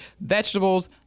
Vegetables